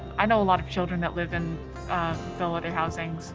i know a lot of children that live in bellwether housing,